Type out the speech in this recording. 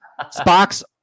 Spock's